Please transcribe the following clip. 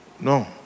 no